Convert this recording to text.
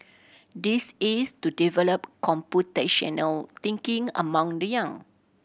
this is to develop computational thinking among the young